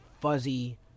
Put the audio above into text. fuzzy